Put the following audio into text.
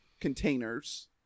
containers